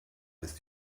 ist